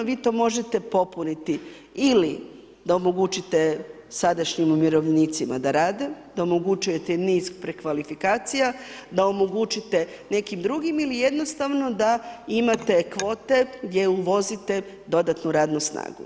Vi to možete popuniti ili da omogućite sadašnjim umirovljenicima da rade, da omogućujete niz prekvalifikacija, da omogućite nekim drugim ili jednostavno da imate kvote gdje uvozite dodatnu radnu snagu.